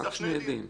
אנחנו יודעים.